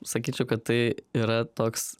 sakyčiau kad tai yra toks